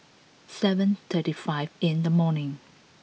seven thirty five in the morning